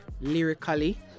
lyrically